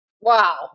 Wow